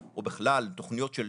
או בכלל תוכניות של